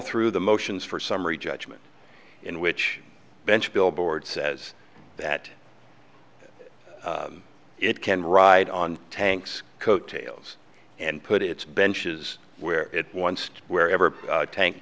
through the motions for summary judgment in which bench billboard says that it can ride on tanks coattails and put its benches where it wants wherever tank